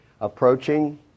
approaching